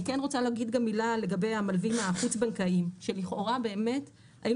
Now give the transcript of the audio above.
רוצה להגיד מילה לגבי המלווים החוץ בנקאיים שלכאורה היינו